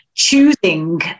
choosing